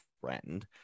friend